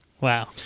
Wow